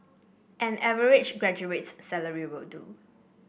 an average graduate's salary will do